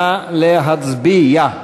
נא להצביע.